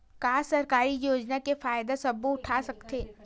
का सरकारी योजना के फ़ायदा सबो उठा सकथे?